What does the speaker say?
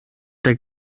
der